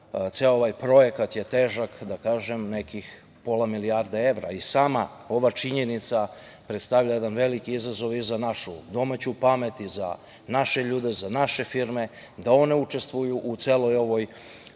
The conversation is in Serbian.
ceo ovaj projekat je težak nekih pola milijarde evra. Sama ova činjenica predstavlja jedan veliki izazov i za našu domaću pamet i za naše ljude, za naše firme, da one učestvuju u celom ovom